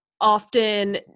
often